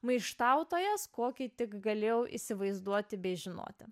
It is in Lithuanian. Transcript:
maištautojas kokį tik galėjau įsivaizduoti bei žinoti